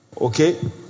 Okay